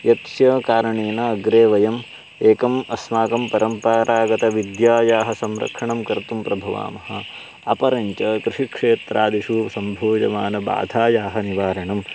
यस्य कारणेन अग्रे वयम् एकम् अस्माकं परम्परागतविद्यायाः संरक्षणं कर्तुं प्रभवामः अपरं च कृषिक्षेत्रादिषु सम्भूयमानबाधायाः निवारणम्